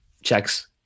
checks